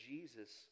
Jesus